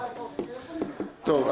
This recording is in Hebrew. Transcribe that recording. טוב,